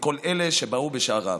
לכל אלה שבאו בשעריו.